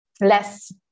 less